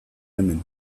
hemen